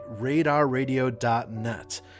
RadarRadio.net